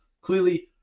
clearly